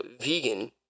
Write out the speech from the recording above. vegan